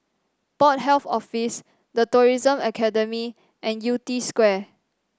Port Health Office The Tourism Academy and Yew Tee Square